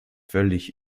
völlig